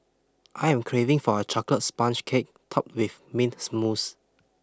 I am craving for a chocolate sponge cake topped with mint smooth